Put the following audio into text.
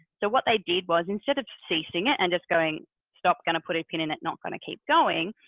so what they did was instead of ceasing it and just going stop! going to put a pin in it, not going to keep going,